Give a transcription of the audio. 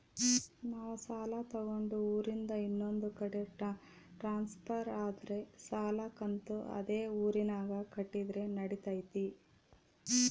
ನಾವು ಸಾಲ ತಗೊಂಡು ಊರಿಂದ ಇನ್ನೊಂದು ಕಡೆ ಟ್ರಾನ್ಸ್ಫರ್ ಆದರೆ ಸಾಲ ಕಂತು ಅದೇ ಊರಿನಾಗ ಕಟ್ಟಿದ್ರ ನಡಿತೈತಿ?